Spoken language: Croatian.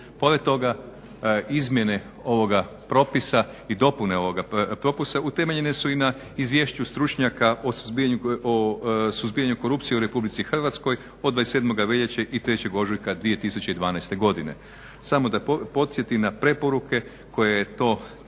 Pored toga izmjene ovoga propisa i dopune ovoga propisa utemeljene su i na izvješću stručnjaka o suzbijanju korupcije u RH od 27. veljače i 3. ožujka 2012. godine. Samo da podsjetim na preporuke koje je to